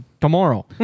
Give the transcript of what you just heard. tomorrow